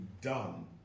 done